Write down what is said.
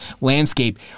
landscape